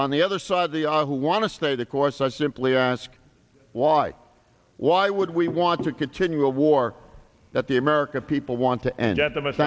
on the other side the who want to stay the course i simply ask why why would we want to continue a war that the american people want to end get the